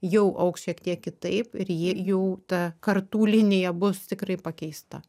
jau augs šiek tiek kitaip ir jie jau ta kartų linija bus tikrai pakeista